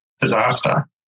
disaster